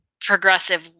progressive